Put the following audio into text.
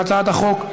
של הצעת החוק,